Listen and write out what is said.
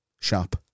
shop